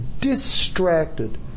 distracted